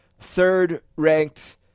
third-ranked